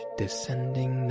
descending